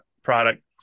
product